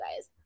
guys